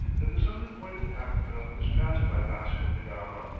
that the southern point of africa was passed by vasco da gama,